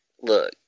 look